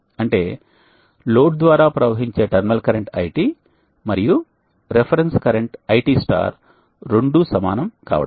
అంటే లోడ్ ద్వారా ప్రవహించే టెర్మినల్ కరెంటు IT మరియు రిఫరెన్స్ కరెంట్ IT స్టార్ ఈ రెండూ సమానం కావడం